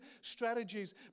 strategies